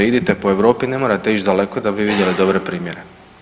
Idite po Europi, ne morate ić daleko da bi vidjeli dobre primjere.